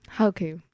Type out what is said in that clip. okay